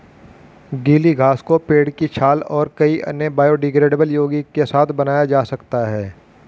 गीली घास को पेड़ की छाल और कई अन्य बायोडिग्रेडेबल यौगिक के साथ बनाया जा सकता है